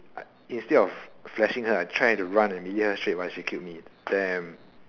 instead of flashing her I try to run and melee her straight but she killed me damn